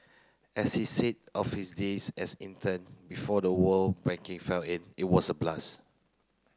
as he said of his days as intern before the world banking fell it it was a blast